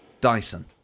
Dyson